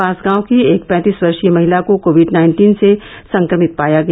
बांसगांव की एक पैंतीस वर्षीय महिला को कोविड नाइन्टीन से संक्रमित पाया गया